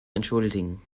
entschuldigen